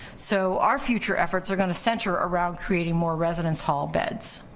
so our future efforts are gonna center around creating more residence hall beds.